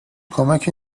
کمکی